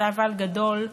וזה אבל גדול,